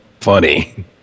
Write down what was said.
funny